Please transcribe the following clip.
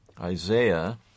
Isaiah